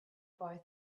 boy